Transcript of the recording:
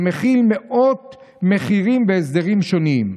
שמכיל מאות מחירים והסדרים שונים,